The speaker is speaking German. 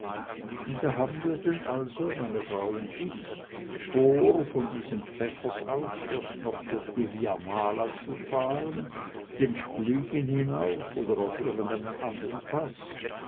und da haben wir denn also meine frau und ich vor von diesem pfäffers aus erst noch durch die via mala zu fahren den splügen hinauf oder auf irgendeinen andern paß